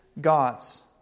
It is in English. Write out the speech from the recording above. God's